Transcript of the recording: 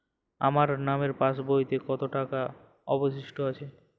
আমার নামের পাসবইতে কত টাকা অবশিষ্ট আছে?